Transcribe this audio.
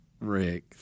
Rick